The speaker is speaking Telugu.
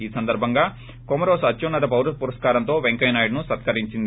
ఈ సందర్బంగా కొమెరోస్ అత్యున్నత పౌరపురస్కారంతో వెంకయ్య నాయుడుని సత్కరించింది